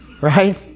Right